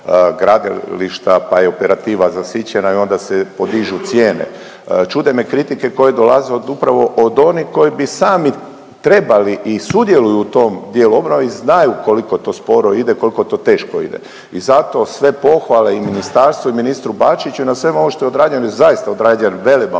pa je operativa zasićena i onda se podižu cijene. Čude me kritike koje dolaze od upravo od onih koji bi sami trebali i sudjeluju u tom dijelu obnove i znaju koliko to sporo ide, koliko to teško ide i zato sve pohvale i ministarstvu i ministru Bačiću na svemu ovome što je odrađeno jer je zaista odrađen veleban